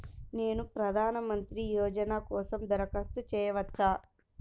నేను ప్రధాన మంత్రి యోజన కోసం దరఖాస్తు చేయవచ్చా?